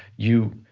you